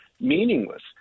meaningless